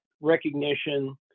recognition